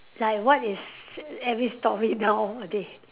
like what is every story nowadays